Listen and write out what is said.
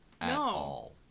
No